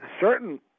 certain